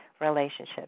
Relationships